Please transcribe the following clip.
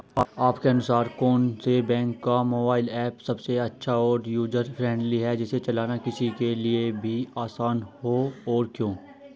आपके अनुसार कौन से बैंक का मोबाइल ऐप सबसे अच्छा और यूजर फ्रेंडली है जिसे चलाना किसी के लिए भी आसान हो और क्यों?